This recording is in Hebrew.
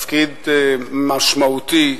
תפקיד משמעותי,